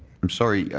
i'm sorry, yeah